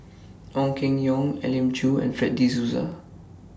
Ong Keng Yong Elim Chew and Fred De Souza